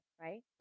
right